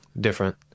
different